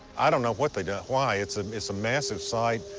i don't know what they don't why? it's um it's a massive site.